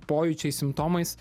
pojūčiais simptomais